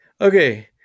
okay